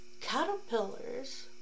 Caterpillars